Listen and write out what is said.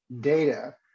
data